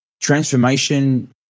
Transformation